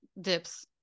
dips